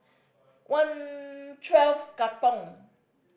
One Twelve Katong